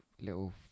little